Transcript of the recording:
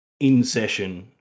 in-session